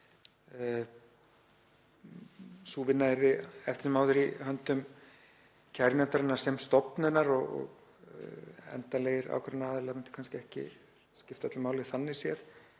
sú vinna yrði eftir sem áður í höndum kærunefndarinnar sem stofnunar og endanlegir ákvörðunaraðilar myndu kannski ekki skipta öllu máli þannig séð.